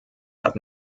hat